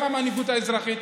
גם המנהיגות האזרחית,